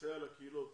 שתסייע לקהילות.